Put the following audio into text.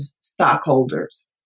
stockholders